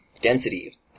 density